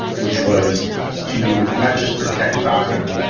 which was to not just protect daca,